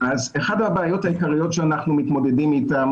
אחת הבעיות העיקריות שאנחנו מתמודדים איתן